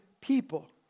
people